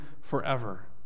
forever